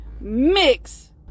Mix